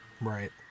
Right